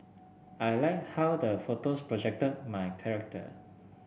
I like how the photos projected my character